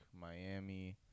Miami